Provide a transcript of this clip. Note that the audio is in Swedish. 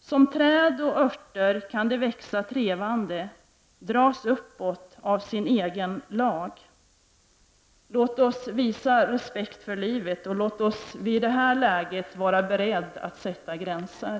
Som träd och örter kan det växa trevande — dras uppåt av sin egen lag. Låt oss visa respekt för livet och låt oss i det här läget vara beredda att sätta gränser.